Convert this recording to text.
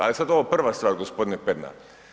A sad ovo prva stvar gospodine Pernar.